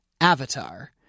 Avatar